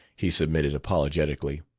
he submitted apologetically.